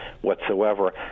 whatsoever